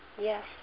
Yes